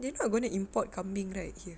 they are not going to import kambing right here